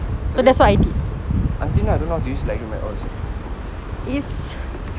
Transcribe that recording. tapi until now I don't know how to use light room sia